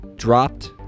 Dropped